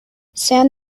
send